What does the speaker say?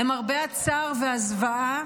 למרבה הצער והזוועה,